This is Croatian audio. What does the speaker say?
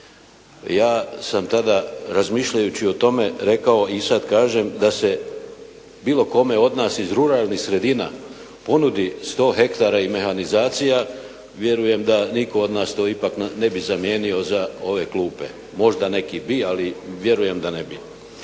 Ja sam tada razmišljajući o tome rekao i sada kažem, da se bilo kome od nas iz ruralnih sredina ponudi 100 hektara i mehanizacija vjerujem da nitko od nas to ipak ne bi zamijenio za ove klupe, možda neki bi ali vjerujem da ne bi.